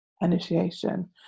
initiation